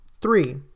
Three